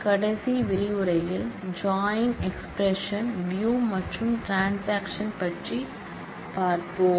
கடைசி விரிவுரையில் join expression view மற்றும் டிரன்சாக்சன் பற்றி பார்ப்போம்